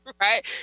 right